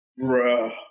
Bruh